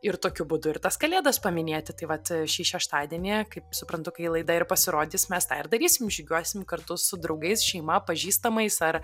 ir tokiu būdu ir tas kalėdas paminėti tai vat šį šeštadienį kaip suprantu kai laida ir pasirodys mes tą ir darysim žygiuosim kartu su draugais šeima pažįstamais ar